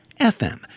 FM